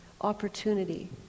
opportunity